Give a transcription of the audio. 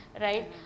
right